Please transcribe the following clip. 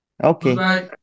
Okay